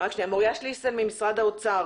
אחראית על הגבייה של משרדי הממשלה במשרד האוצר.